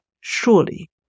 surely